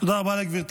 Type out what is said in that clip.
תודה רבה לגברתי.